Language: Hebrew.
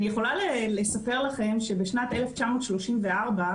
אני יכולה לספר לכם שבשנת 1934,